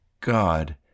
God